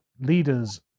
leaders